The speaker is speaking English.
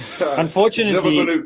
Unfortunately